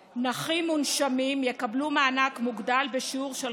4. נכים מונשמים יקבלו מענק מוגדל בשיעור של